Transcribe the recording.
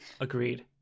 agreed